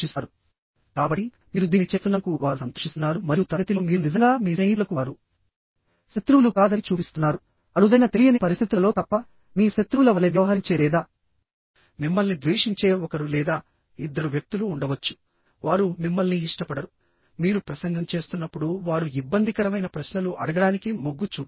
కాబట్టి మీరు దీన్ని చేస్తున్నందుకు వారు సంతోషిస్తున్నారు మరియు తరగతిలో మీరు నిజంగా మీ స్నేహితులకు వారు శత్రువులు కాదని చూపిస్తున్నారు అరుదైన తెలియని పరిస్థితులలో తప్ప మీ శత్రువుల వలె వ్యవహరించే లేదా మిమ్మల్ని ద్వేషించే ఒకరు లేదా ఇద్దరు వ్యక్తులు ఉండవచ్చు వారు మిమ్మల్ని ఇష్టపడరు మీరు ప్రసంగం చేస్తున్నప్పుడు వారు ఇబ్బందికరమైన ప్రశ్నలు అడగడానికి మొగ్గు చూపుతారు